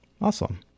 Awesome